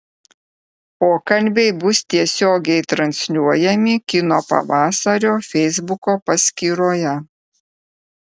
pokalbiai bus tiesiogiai transliuojami kino pavasario feisbuko paskyroje